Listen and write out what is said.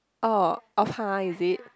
oh (uh huh) is it